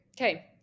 Okay